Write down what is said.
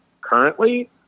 currently